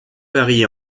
paris